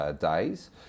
days